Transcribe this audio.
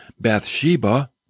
Bathsheba